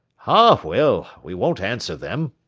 ah, well! we won't answer them,